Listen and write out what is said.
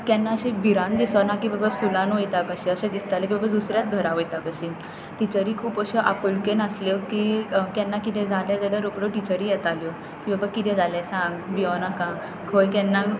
केन्ना अशी भिरांत दिसना की बाबा स्कुलान वयता कशें अशें दिसतालें की बाबा दुसऱ्या घरा वयता बशीन टिचरी खूब अश्यो आपुलकेन आसल्यो की केन्ना किदें जालें जाल्या रोकड्यो टिचरी येताल्यो की बाबा किदें जालें सांग भियो नाका खंय केन्ना